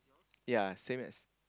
ya same as